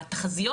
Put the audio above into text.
לתחזיות.